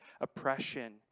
oppression